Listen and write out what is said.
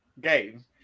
game